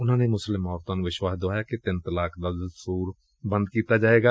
ਉਨੂਾਂ ਨੇ ਮੁਸਲਿਮ ਔਰਤਾਂ ਨੂੰ ਵਿਸ਼ਵਾਸ ਦੁਆਇਆ ਕਿ ਤਿੰਨ ਤਲਾਕ ਦਾ ਦਸਤੂਰ ਬੰਦ ਕੀਤਾ ਜਾਏਗਾ